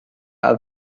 are